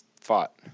fought